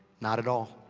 not at all.